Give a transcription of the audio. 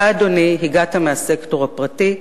אתה, אדוני, הגעת מהסקטור הפרטי,